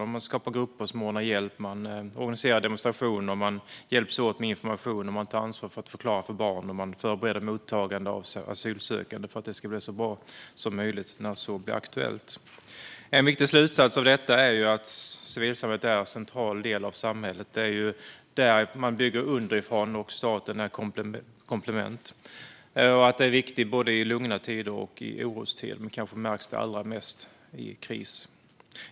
Man skapar grupper som ordnar hjälp, man organiserar demonstrationer, man hjälps åt med information, man tar ansvar för att förklara för barn och man förbereder mottagande av asylsökande för att det ska bli så bra som möjligt när så blir aktuellt. En viktig slutsats av detta är att civilsamhället är en central del av samhället. Där bygger man underifrån, med staten som ett komplement. Detta är viktigt både i lugna tider och i orostider, men det märks kanske allra mest i kris.